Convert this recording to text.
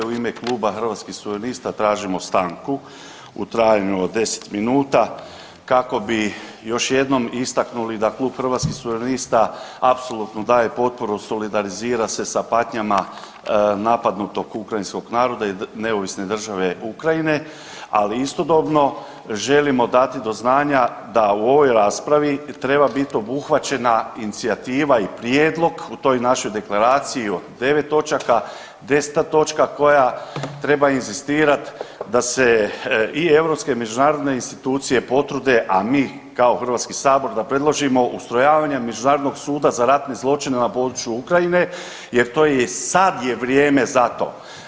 U ime Kluba Hrvatskih suverenista tražimo stanku u trajanju od 10 minuta kako bi još jednom istaknuli da Klub Hrvatskih suverenista apsolutno daje potporu, solidarizira se sa patnjama napadnutog ukrajinskog naroda i neovisne države Ukrajine, ali istodobno, želimo dati do znanja da u ovoj raspravi treba biti obuhvaćena inicijativa i prijedlog u toj našoj Deklaraciji o 9 točaka, 10. točka koja treba inzistirati da se i europske i međunarodne institucije potrude, a mi kao HS da predložimo ustrojavanje međunarodnog suda za ratne zločine na području Ukrajine jer to je sad je vrijeme za to.